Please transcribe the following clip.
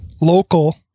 local